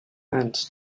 ends